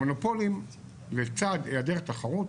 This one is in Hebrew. המונופולים לצד היעדר תחרות,